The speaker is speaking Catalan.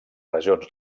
regions